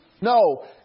No